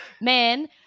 Man